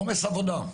עומס עבודה.